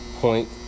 point